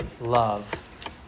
love